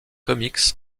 comics